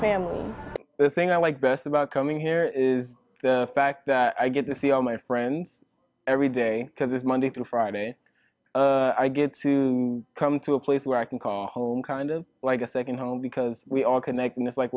family the thing i like best about coming here is the fact that i get to see all my friends every day because it's monday through friday i get to come to a place where i can call home kind of like a second home because we all connect and it's like